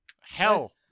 Hell